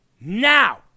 now